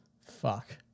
fuck